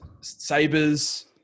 sabers